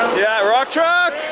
yeah, rock truck!